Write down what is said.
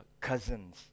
cousins